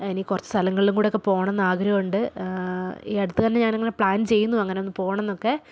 ഇനി കുറച്ച് സ്ഥലങ്ങളിലും കൂടെയൊക്കെ പോകണം എന്ന് ആഗ്രഹമുണ്ട് ഈ അടുത്ത് തന്നെ ഞാൻ അങ്ങനെ പ്ലാൻ ചെയ്യുന്നു അങ്ങനെയൊന്ന് പോകണം എന്നൊക്കെ